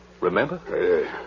Remember